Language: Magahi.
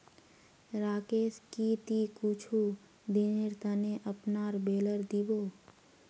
राकेश की ती कुछू दिनेर त न अपनार बेलर दी बो